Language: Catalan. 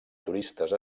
turistes